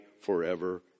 forever